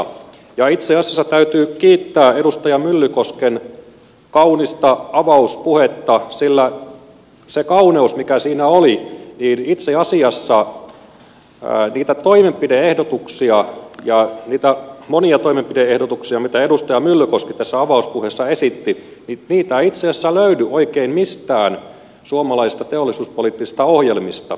itse asiassa täytyy kiittää edustaja myllykosken kaunista avauspuhetta sillä se kauneus mikä siinä oli oli siinä että itse asiassa niitä toimenpide ehdotuksia niitä monia toimenpide ehdotuksia mitä edustaja myllykoski tässä avauspuheessa esitti ei löydy oikein mistään suomalaisista teollisuuspoliittisista ohjelmista